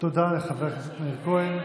תודה לחבר הכנסת מאיר כהן.